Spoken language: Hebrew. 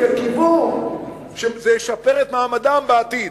כי קיוו שזה ישפר את מעמדם בעתיד.